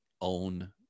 own